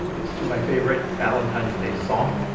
it's to my favorite valentine's day song,